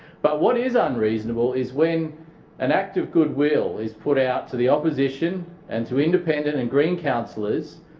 but what is ah unreasonable is when an act of goodwill is put out to the opposition and to independent and green councillors,